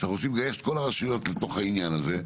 שאנחנו מנסים לגייס את כל הרשויות לתוך העניין הזה,